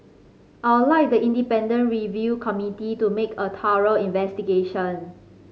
I'd like the independent review committee to make a thorough investigation